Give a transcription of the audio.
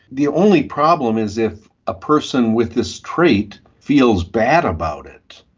the only problem is if a person with this trait feels bad about it.